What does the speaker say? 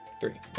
Three